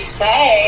say